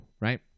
right